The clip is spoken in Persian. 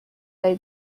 داری